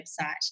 website